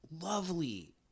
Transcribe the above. lovely